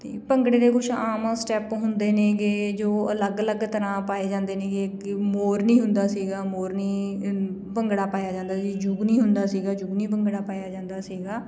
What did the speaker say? ਅਤੇ ਭੰਗੜੇ ਦੇ ਕੁਛ ਆਮ ਸਟੈਪ ਹੁੰਦੇ ਨੇਗੇ ਜੋ ਅਲੱਗ ਅਲੱਗ ਤਰ੍ਹਾਂ ਪਾਏ ਜਾਂਦੇ ਨੇਗੇ ਕਿ ਮੋਰਨੀ ਹੁੰਦਾ ਸੀਗਾ ਮੋਰਨੀ ਭੰਗੜਾ ਪਾਇਆ ਜਾਂਦਾ ਸੀ ਜੁਗਨੀ ਹੁੰਦਾ ਸੀਗਾ ਜੁਗਨੀ ਭੰਗੜਾ ਪਾਇਆ ਜਾਂਦਾ ਸੀਗਾ